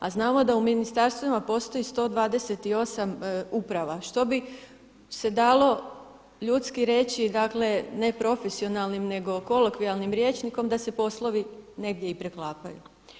A znamo da u ministarstvima postoji 128 uprava što bi se dalo ljudski reći, dakle ne profesionalnim nego kolokvijalnim rječnikom da se poslovi negdje i preklapaju.